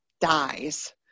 dies